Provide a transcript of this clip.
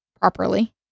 properly